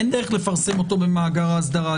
אין דרך לפרסם אותו במאגר האסדרה,